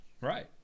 Right